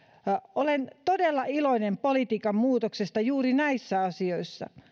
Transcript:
olen todella iloinen politiikan muutoksesta juuri näissä asioissa